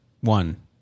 one